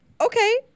Okay